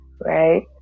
right